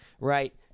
Right